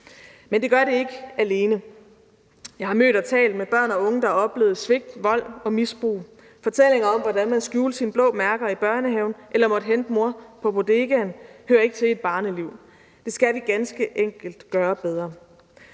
Men det gør det ikke alene. Jeg har mødt og talt med børn og unge, der har oplevet svigt, vold og misbrug. Fortællinger om, hvordan man skjulte sine blå mærker i børnehaven eller måtte hente mor på bodegaen, hører ikke til i et barneliv. Det skal vi ganske enkelt gøre bedre.